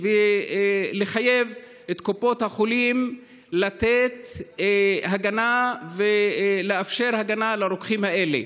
ולחייב את קופות החולים לתת הגנה ולאפשר הגנה לרוקחים האלה.